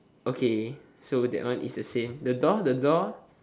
okay so that one is the same the door the door